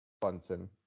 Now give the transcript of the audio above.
bunsen